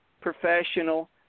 professional